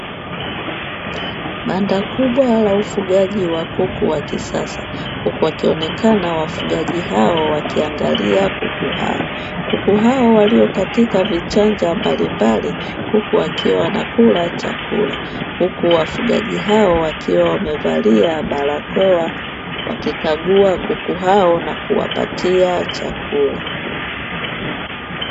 Banda kubwa la ufugaji wa kuku wa kisasa huku wakionekana wafugaji hao wakiangalia kuku hao. Kuku hao walio katika vichanja mbalimbali huku wakiwa wanakula chakula, huku wafugaji hao wakiwa wamevalia barakoa wakikagua kuku hao na kuwapatia chakula.